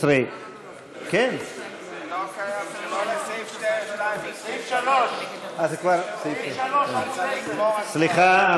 16. סליחה,